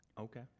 Okay